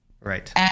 Right